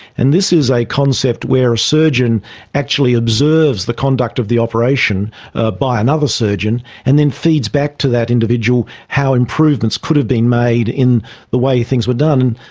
and this is a concept where a surgeon actually observes the conduct of the operation ah by another surgeon and then feeds back to that individual how improvements could have been made in the way things were done.